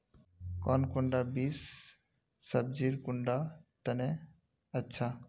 कौन कुंडा बीस सब्जिर कुंडा तने अच्छा?